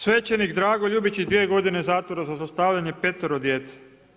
Svećenik DRago LJubić dvije godine zatvora za zlostavljanje petoro djece.